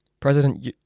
President